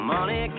Money